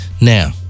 Now